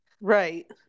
Right